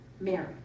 Mary